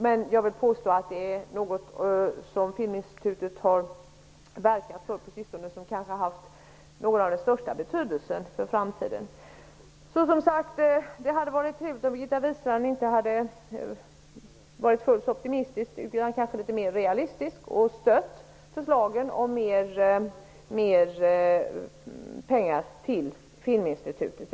Men jag vill påstå att detta med filmkulturell verksamhet i skolan är något som Filminstitutet på sistone har verkat för och som kanske har haft den största betydelsen för framtiden.